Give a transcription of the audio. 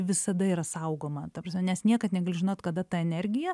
visada yra saugoma ta prasme nes niekad negali žinot kada ta energija